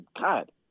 God